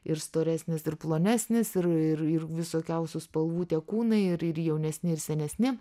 ir storesnis ir plonesnis ir ir ir visokiausių spalvų tie kūnai ir ir jaunesni ir senesni